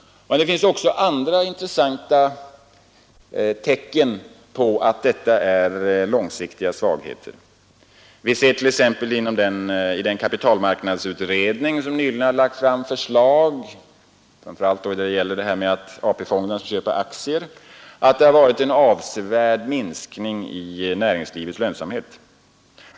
Det finns även andra intressanta tecken på långsiktiga svagheter. Som visas i kapitalmarknadsutredningens nyligen framlagda förslag, som framför allt gäller frågan om att AP-fonderna skall köpa aktier, har det skett en avsevärd minskning av näringslivets lönsamhet.